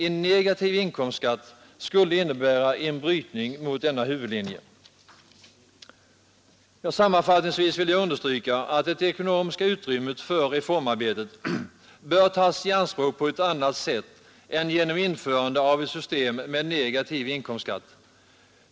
En negativ inkomstskatt skulle innebära en brytning med denna huvudlinje. Sammanfattningsvis vill jag understryka, att det ekonomiska utrymmet för reformarbetet bör tas i anspråk på ett annat sätt än genom införande av ett system med negativ inkomstskatt.